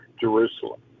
Jerusalem